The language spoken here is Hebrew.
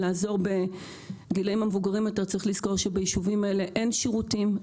לעזור בגילאים המבוגרים יותר צריך לזכור שביישובים האלה אין שירותים,